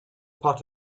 part